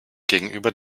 gegenüber